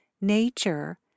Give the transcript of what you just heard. nature